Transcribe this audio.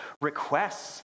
requests